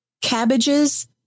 Cabbages